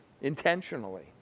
intentionally